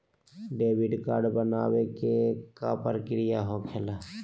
Debit card बनवाने के का प्रक्रिया होखेला?